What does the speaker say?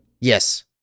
Yes